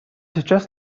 сейчас